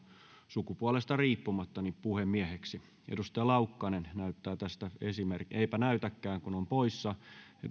sukupuolesta riippumatta puhemieheksi edustaja laukkanen näyttää tästä esimerkin eipä näytäkään kun on poissa edustaja